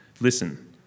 Listen